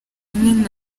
kagame